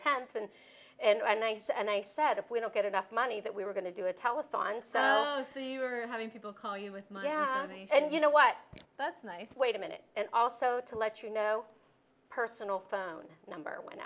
tenth and and i nice and i said if we don't get enough money that we were going to do a telethon so you are having people call you with and you know what that's nice wait a minute and also to let you know personal phone number one